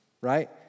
right